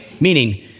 Meaning